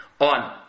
on